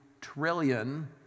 trillion